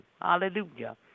Hallelujah